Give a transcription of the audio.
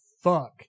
fuck